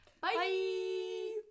Bye